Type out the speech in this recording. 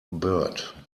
bird